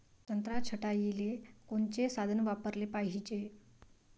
संत्रा छटाईले कोनचे साधन वापराले पाहिजे?